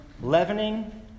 leavening